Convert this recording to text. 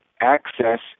access